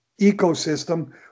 ecosystem